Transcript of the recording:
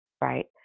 right